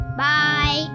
Bye